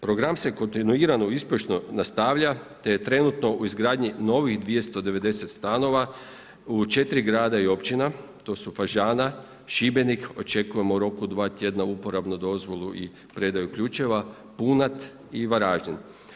Program se kontinuirano uspješno nastavlja te je trenutno u izgradnji novih 290 stanova u 4 grada i općina, to su Fažana, Šibenik, očekujemo u roku 2 tjedna uporabnu dozvolu i predaju ključeva, Punat i Varaždin.